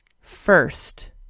First